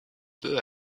peut